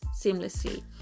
seamlessly